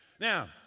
Now